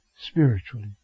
spiritually